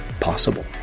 possible